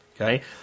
Okay